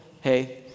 hey